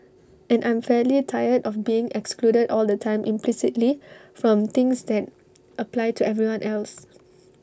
and I'm fairly tired of being excluded all the time implicitly from things that apply to everyone else